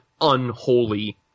unholy